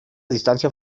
distancia